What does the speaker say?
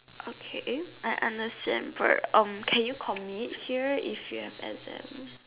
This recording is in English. okay I understand for um can you commit here if you have exams